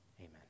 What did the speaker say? amen